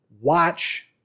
watch